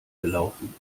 gelaufen